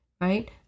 Right